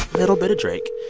little bit of drake.